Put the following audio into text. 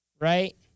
right